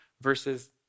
versus